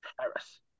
Paris